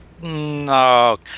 No